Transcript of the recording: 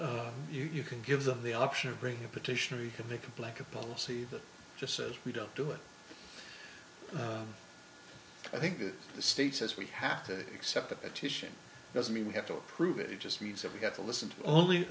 say you can give them the option of bringing a petition or you can make a blanket policy that just says we don't do it i think the state says we have to accept it doesn't mean we have to approve it it just means that we get to listen to only